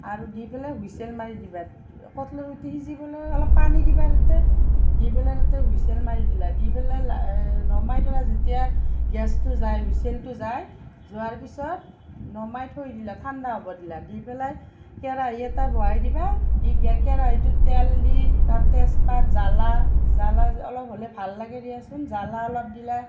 আৰু দি পেলাই হুইচেল মাৰি দিবা কঁঠালৰ গুটি সিজিবলৈ অলপ পানী দিবা তাতে দি পেলাই তাতে হুইচেল মাৰি দিলা দি পেলাই নমাই দিবা যেতিয়া গেচটো যায় হুইচেইলটো যায় যোৱাৰ পিছত নমাই থৈ দিলা ঠাণ্ডা হ'ব দিলা দি পেলাই কেৰাহী এটা বহাই দিবা দি কেৰাহীটোত তেল দি তাত তেজ পাত জ্বলা জ্বলা অলপ হ'লে ভাল লাগে দিয়াচোন জ্বলা অলপ দিলা